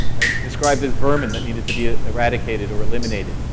right? described as vermin that needed to be eradicated or eliminated,